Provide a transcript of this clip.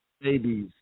babies